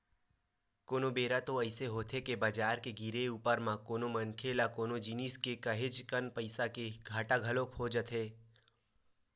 कोनो बेरा तो अइसे होथे के बजार के गिरे ऊपर म कोनो मनखे ल कोनो जिनिस के काहेच कन पइसा के घाटा घलो हो जाथे